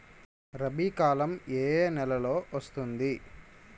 రబీ కాలం ఏ ఏ నెలలో వస్తుంది?